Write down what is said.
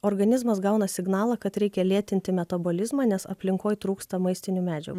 organizmas gauna signalą kad reikia lėtinti metabolizmą nes aplinkoj trūksta maistinių medžiagų